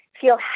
feel